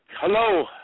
hello